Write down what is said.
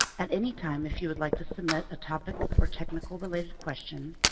at any time, if you would like to submit a topic or technical-related question,